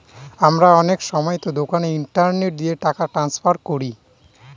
আমরা অনেক সময়তো দোকানে ইন্টারনেট দিয়ে টাকা ট্রান্সফার করি